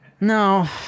No